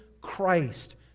Christ